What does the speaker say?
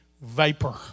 vapor